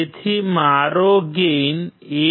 તેથી મારો ગેઇન 1